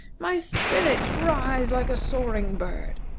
my spirits rise like a soaring bird.